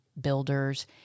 builders